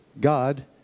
God